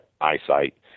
eyesight